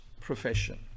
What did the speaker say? profession